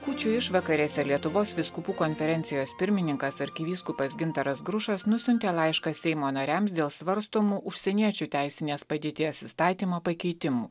kūčių išvakarėse lietuvos vyskupų konferencijos pirmininkas arkivyskupas gintaras grušas nusiuntė laišką seimo nariams dėl svarstomų užsieniečių teisinės padėties įstatymo pakeitimų